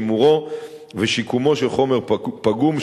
שימור ושיקום חומר פגום,